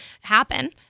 happen